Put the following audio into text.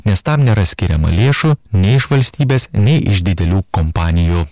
nes tam nėra skiriama lėšų nei iš valstybės nei iš didelių kompanijų